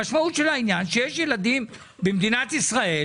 המשמעות, שיש ילדים במדינת ישראל